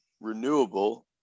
renewable